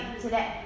today